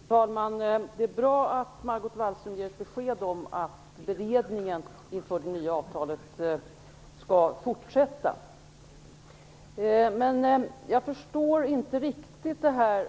Fru talman! Det är bra att Margot Wallström ger besked om att beredningen inför det nya avtalet skall fortsätta. Jag förstår inte riktigt när